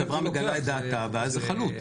החברה מגלה את דעתה ואז זה חלוט,